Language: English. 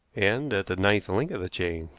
and at the ninth link of the chain,